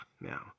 now